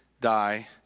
die